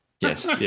Yes